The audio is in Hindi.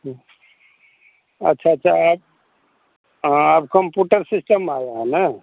की अच्छा अच्छा अब हँ अब कम्पूटर सिस्टम आया है न